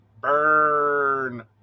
Burn